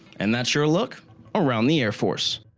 and that's your look around the air force.